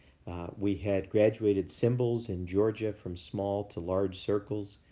we had graduated symbols in georgia from small to large circles.